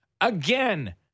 Again